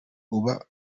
uba